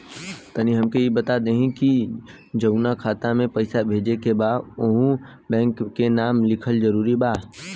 तनि हमके ई बता देही की जऊना खाता मे पैसा भेजे के बा ओहुँ बैंक के नाम लिखल जरूरी बा?